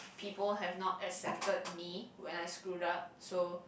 people have not accepted me when I screwed up so